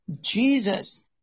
Jesus